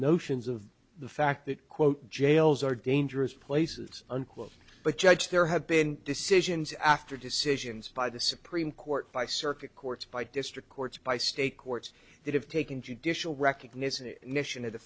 notions of the fact that quote jails are dangerous places unquote but judge there have been decisions after decisions by the supreme court by circuit courts by district it's by state courts that have taken judicial recognition mission of the